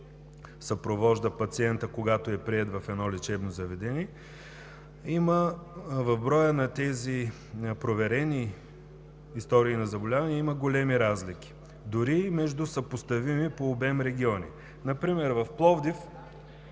съпровожда пациента, когато е приет в едно лечебно заведение, в броя на тези проверени истории на заболявания има големи разлики, дори между съпоставими по обем региони. Например в Пловдив